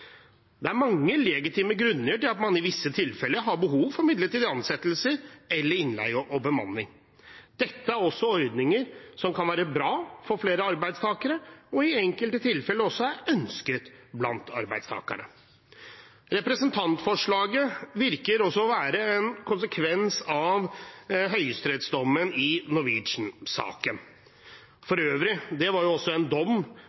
Det er mange legitime grunner til at man i visse tilfeller har behov for midlertidige ansettelser eller innleie og bemanning. Dette er også ordninger som kan være bra for flere arbeidstakere, og i enkelte tilfeller også er ønsket blant arbeidstakerne. Representantforslaget virker også å være en konsekvens av høyesterettsdommen i Norwegian-saken. For øvrig var det en dom